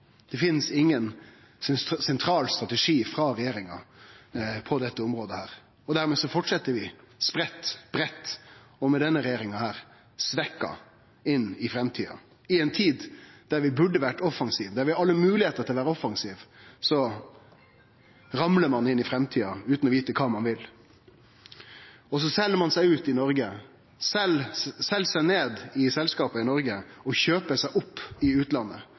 sentral strategi frå regjeringa på dette området. Dermed fortset vi spreitt, breitt og – med denne regjeringa – svekt inn i framtida, i ei tid der vi burde ha vore offensive. Der vi har alle moglegheiter til å vere offensive, ramlar ein inn i framtida utan å vite kva ein vil. Ein sel seg ut i Noreg. Ein sel seg ned i selskap i Noreg og kjøper seg opp i utlandet.